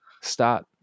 start